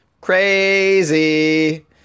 Crazy